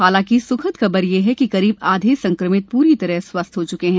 हालांकि सुखद खबर यह है कि करीब आधे संक्रमित पूरी तरह स्वस्थ हो च्के हैं